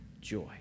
joy